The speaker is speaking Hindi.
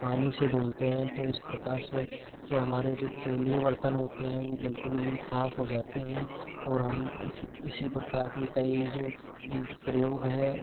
पानी से धुलते हैं तो इस प्रकार से जो हमारे जो तेलीय बर्तन होते हैं वो बिल्कुल ही साफ हो जाते हैं और हम इसी इसी प्रकार की कई जो प्रयोग है